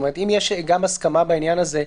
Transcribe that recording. אם יש הסכמה בעניין הזה,